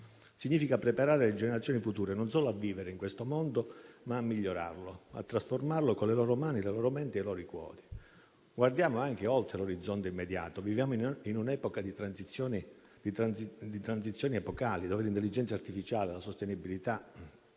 significa preparare le generazioni future non solo a vivere in questo mondo, ma a migliorarlo, a trasformarlo con le loro mani, le loro menti e i loro i cuori. Guardiamo anche oltre l'orizzonte immediato. Viviamo in un'epoca di transizioni epocali, in cui l'intelligenza artificiale, la sostenibilità